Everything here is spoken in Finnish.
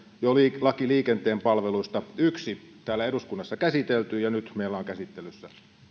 jo laki liikenteen palveluista yhdellä täällä eduskunnassa käsitelty ja nyt meillä on käsittelyssä